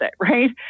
right